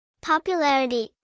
Popularity